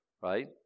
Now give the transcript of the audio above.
right